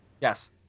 Yes